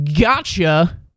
Gotcha